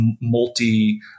multi